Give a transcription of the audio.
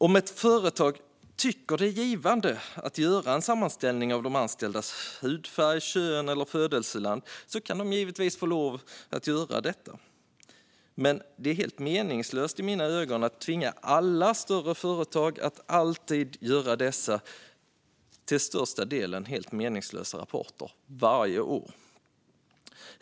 Om ett företag tycker att det är givande att göra en sammanställning av de anställdas kön, hudfärg och födelseland ska de givetvis få lov att göra det. Men i mina ögon är det helt meningslöst att tvinga alla större företag att göra detta varje år.